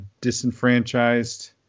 disenfranchised